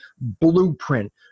blueprint